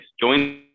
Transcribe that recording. join